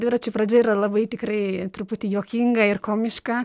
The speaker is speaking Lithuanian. dviračių pradžia yra labai tikrai truputį juokinga ir komiška